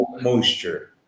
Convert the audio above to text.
moisture